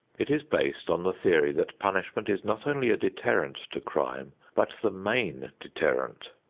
it is based on the theory that punishment is not only a deterrent to crime, but the main deterrent.